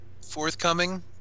forthcoming